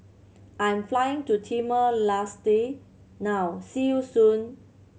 I'm flying to Timor Leste now see you soon